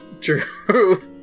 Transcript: True